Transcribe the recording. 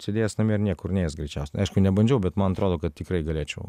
sėdėjęs namie ir niekur nėjęs greičiausiai aišku nebandžiau bet man atrodo kad tikrai galėčiau